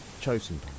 chosen